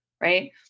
right